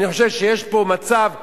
אני חושב שיש פה מצב מאוזן.